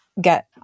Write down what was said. get